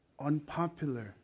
unpopular